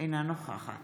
אינה נוכחת